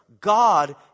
God